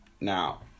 Now